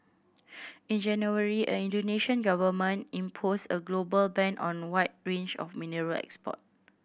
in January a Indonesian Government imposed a global ban on a wide range of mineral export